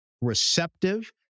receptive